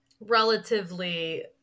Relatively